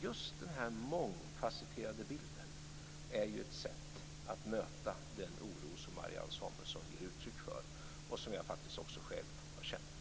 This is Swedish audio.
Just den mångfasetterade bilden är ett sätt att möta den oro som Marianne Samuelsson ger uttryck för och som jag själv har känt.